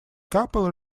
couple